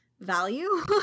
value